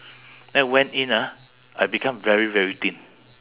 then went in ah I become very very thin